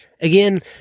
Again